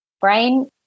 brain